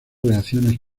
reacciones